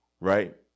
right